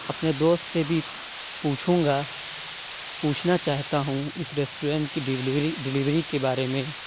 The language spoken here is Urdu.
اپںے دوست سے بھی پوچھوں گا پوچھنا چاہتا ہوں اس ریسٹورینٹ کی ڈیویلری ڈیلیوری کے بارے میں